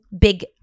big